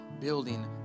building